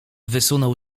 wysunął